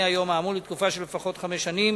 היום האמור לתקופה של לפחות חמש שנים,